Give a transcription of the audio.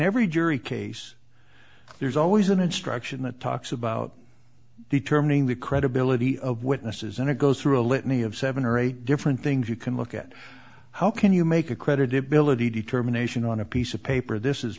every jury case there's always an instruction that talks about determining the credibility of witnesses and it goes through a litany of seven or eight different things you can look at how can you make a credibility determination on a piece of paper this is